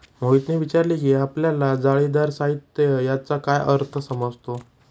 मोहितने विचारले की आपल्याला जाळीदार साहित्य याचा काय अर्थ समजतो?